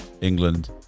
England